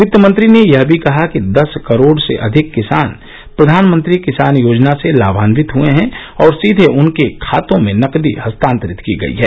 वित्त मंत्री ने यह भी कहा कि दस करोड़ से अधिक किसान प्रधानमंत्री किसान योजना से लाभान्वित हुए हैं और सीधे उनके खातों में नकदी हस्तांतरित की गई है